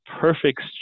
perfect